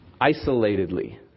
isolatedly